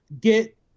get